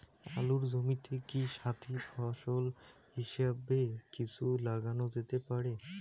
আলুর জমিতে কি সাথি ফসল হিসাবে কিছু লাগানো যেতে পারে?